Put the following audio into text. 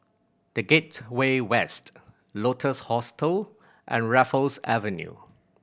The Gateway West Lotus Hostel and Raffles Avenue